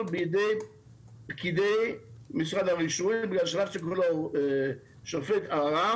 בידי פקידי משרד הרישוי --- שופט ערר